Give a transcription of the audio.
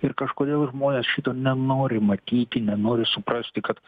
ir kažkodėl žmonės šito nenori matyti nenori suprasti kad